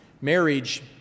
Marriage